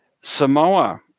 Samoa